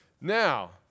Now